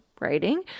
writing